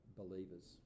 believers